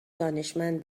دانشمند